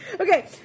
Okay